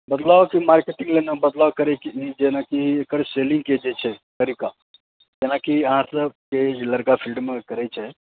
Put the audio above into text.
बदलाव छै ने मार्केटिंगमे जेना एकर सेलिंग के जे छै तरीका जेना कि अहाँ जे छै तरीका जे लड़का फील्डमे जे छै लड़का